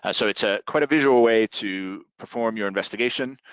ah so it's ah quite a visual way to perform your investigation.